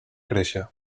créixer